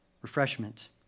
Refreshment